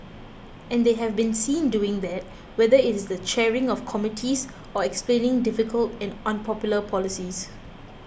and they have been seen doing that whether it is the chairing of committees or explaining difficult and unpopular policies